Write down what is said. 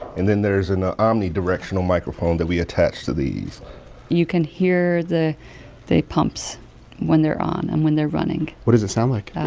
and then there's an ah omnidirectional microphone that we attach to these you can hear the pumps when they're on and when they're running what does it sound like.